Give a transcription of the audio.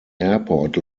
airport